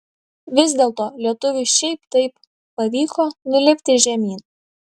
vis dėlto lietuviui šiaip taip pavyko nulipti žemyn